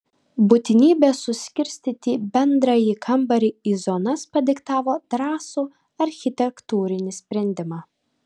būtinybė suskirstyti bendrąjį kambarį į zonas padiktavo drąsų architektūrinį sprendimą